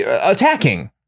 attacking